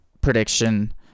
prediction